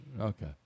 Okay